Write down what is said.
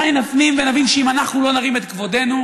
מתי נפנים ונבין שאם אנחנו לא נרים את כבודנו,